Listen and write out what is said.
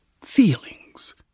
feelings